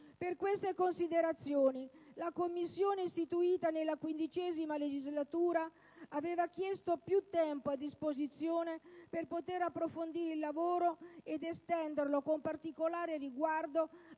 Per queste considerazioni la Commissione istituita nella XV legislatura aveva chiesto più tempo a disposizione per poter approfondire il lavoro e estenderlo, con particolare riguardo